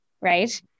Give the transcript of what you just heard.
right